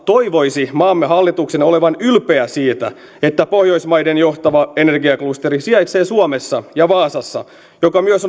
toivoisi maamme hallituksen olevan ylpeä siitä että pohjoismaiden johtava energiaklusteri sijaitsee suomessa ja vaasassa joka myös